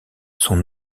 sont